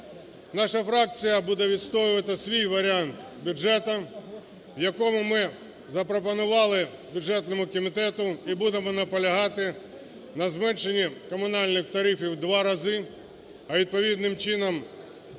Наша фракція буде відстоювати свій варіант бюджету, в якому ми запропонували бюджетному комітету і будемо наполягати на зменшенні комунальних тарифів в два рази, а відповідним чином